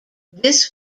this